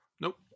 Nope